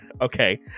Okay